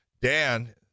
Dan